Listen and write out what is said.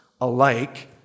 alike